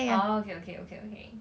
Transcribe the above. orh okay okay okay